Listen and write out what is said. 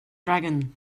dragon